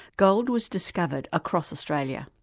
gold was discovered across australia.